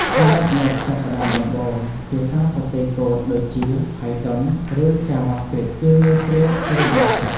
សម្រាប់អ្នកចាប់ផ្តើមដំបូង ភាសាសរសេរកូដដូចជា Python ឬ JavaScript គឺងាយស្រួលរៀនបំផុត។